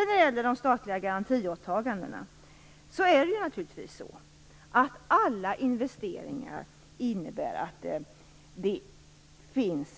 När det gäller de statliga garantiåtagandena kan jag säga att alla investeringar naturligtvis innebär